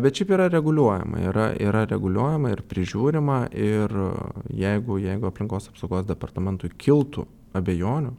bet šiaip yra reguliuojama yra yra reguliuojama ir prižiūrima ir jeigu jeigu aplinkos apsaugos departamentui kiltų abejonių